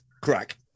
crack